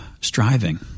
striving